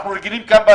אנחנו רגילים כאן,